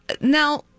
Now